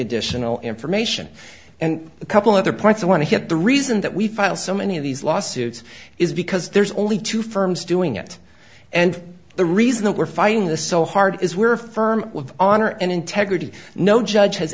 additional information and a couple other parts want to hit the reason that we file so many of these lawsuits is because there's only two firms doing it and the reason we're fighting the so hard is we're firm of honor and integrity no judge has